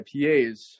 IPAs